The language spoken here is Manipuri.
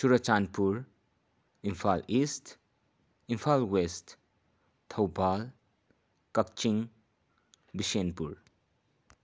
Churachandpur Imphal east Imphal west Thoubal Kakching Bishnupur